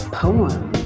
poem